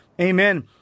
Amen